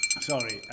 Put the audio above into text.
Sorry